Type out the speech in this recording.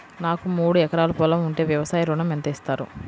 నాకు మూడు ఎకరాలు పొలం ఉంటే వ్యవసాయ ఋణం ఎంత ఇస్తారు?